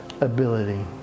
ability